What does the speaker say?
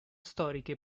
storiche